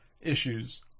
issues